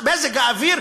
מזג האוויר,